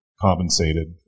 compensated